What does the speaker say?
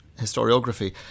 historiography